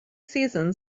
season